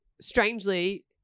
strangely